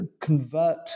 convert